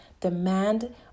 demand